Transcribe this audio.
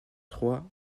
trois